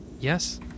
Yes